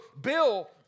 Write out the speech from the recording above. Bill